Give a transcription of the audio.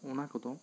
ᱚᱱᱟ ᱠᱚᱫᱚ